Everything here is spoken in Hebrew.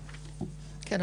כן,